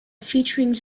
featuring